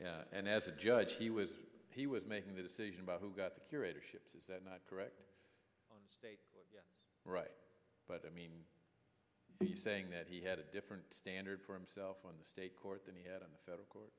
did and as a judge he was he was making the decision about who got the curatorship is that not correct yeah right but i mean you saying that he had a different standard for himself on the state court than he had on the federal court